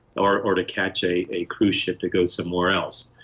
or or to catch a a cruise ship that goes somewhere else.